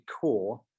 core